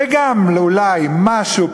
וגם אולי משהו,